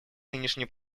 нынешние